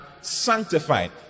sanctified